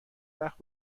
وقت